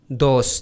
dos